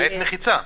למעט מחיצה.